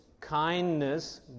kindness